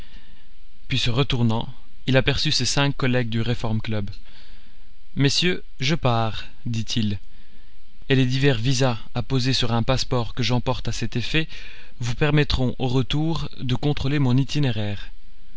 puis se retournant il aperçut ses cinq collègues du reform club messieurs je pars dit-il et les divers visas apposés sur un passeport que j'emporte à cet effet vous permettront au retour de contrôler mon itinéraire